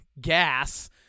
gas